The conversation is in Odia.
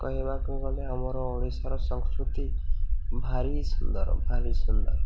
କହିବାକୁ ଗଲେ ଆମର ଓଡ଼ିଶାର ସଂସ୍କୃତି ଭାରି ସୁନ୍ଦର ଭାରି ସୁନ୍ଦର